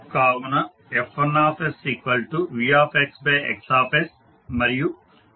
కావున F1VX మరియు F2YVఅవుతుంది